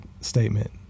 statement